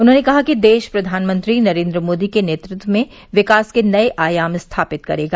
उन्होंने कहा कि देश प्रधानमंत्री नरेन्द्र मोदी के नेतृत्व में विकास के नये आयाम स्थापित करेगा